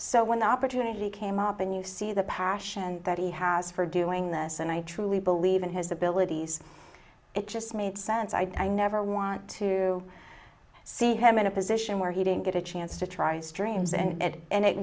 so when the opportunity came up and you see the passion that he has for doing this and i truly believe in his abilities it just made sense i never want to see him in a position where he didn't get a chance to try his dreams and end it